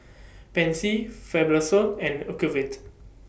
Pansy Fibrosol and Ocuvite